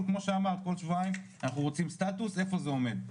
שאמרת כל שבועיים אנחנו רוצים סטטוס ואיפה זה עומד,